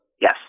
Yes